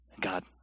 God